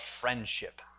friendship